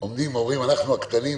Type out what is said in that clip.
עומדים ואומרים "אנחנו הקטנים",